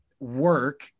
work